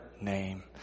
name